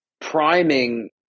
priming